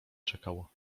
czekał